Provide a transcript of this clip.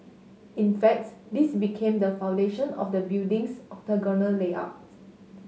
in facts this became the foundation of the building's octagonal layout